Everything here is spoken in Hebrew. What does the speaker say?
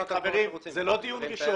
זה לא דיון ראשון.